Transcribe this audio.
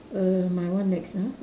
err my one next ah